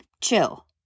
chill